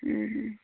ও ও